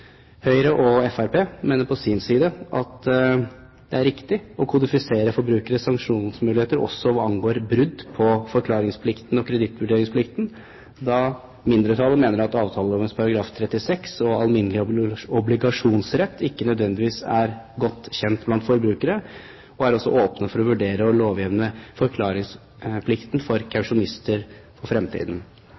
Høyre og Fremskrittspartiet mener på sin side at det er riktig å kodifisere forbrukeres sanksjonsmuligheter også hva angår brudd på forklaringsplikten og kredittvurderingsplikten, da mindretallet mener at avtaleloven § 36 og alminnelig obligasjonsrett ikke nødvendigvis er godt kjent blant forbrukere, og er åpne for å vurdere å lovhjemle forklaringsplikten for kausjonister i fremtiden.